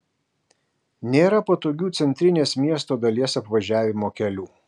nėra patogių centrinės miesto dalies apvažiavimo kelių